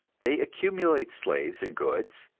they accumulate slaves and goods,